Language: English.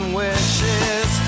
wishes